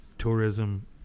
Tourism